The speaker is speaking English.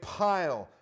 pile